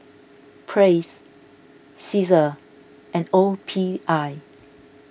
Praise Cesar and O P I